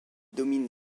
domine